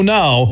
now